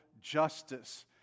justice